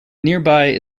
nearby